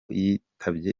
yitabye